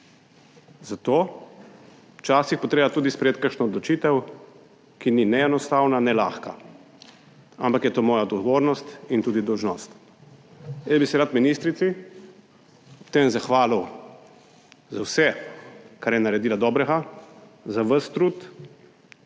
Zato je včasih treba tudi sprejeti kakšno odločitev, ki ni ne enostavna, ne lahka, ampak je to moja odgovornost in tudi dolžnost. Jaz bi se rad ministrici ob tem zahvalil za vse, kar je naredila dobrega, za ves trud,